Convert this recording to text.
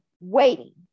waiting